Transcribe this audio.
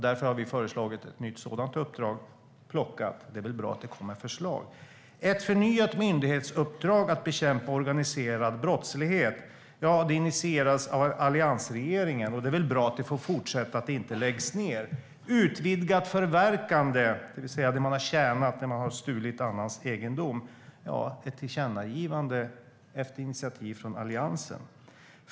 Därför har vi föreslagit ett nytt sådant uppdrag; det är väl bra att det kommer förslag. Ett förnyat myndighetsuppdrag att bekämpa organiserad brottslighet initierades av alliansregeringen. Det är väl bra att det får fortsätta och inte läggs ned. Utvidgat förverkande handlar om det man har tjänat när man har stulit annans egendom - ett tillkännagivande efter ett initiativ från Alliansen.